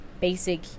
basic